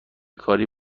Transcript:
کاری